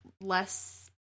less